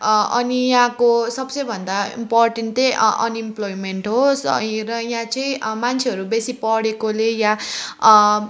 अनि अब सबसेभन्दा इम्पोर्टेन्ट चाहिँ अनइम्प्लोइमेन्ट हो र यहाँ चाहिँ मान्छेहरू बेसी पढेकोले या